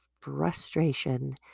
frustration